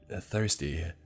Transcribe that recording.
thirsty